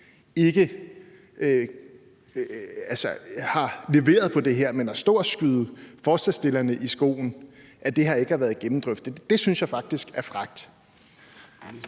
ikke har leveret på det her, men at stå og skyde forslagsstillerne i skoene, at det her ikke har været gennemdrøftet, synes jeg faktisk er frækt.